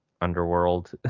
underworld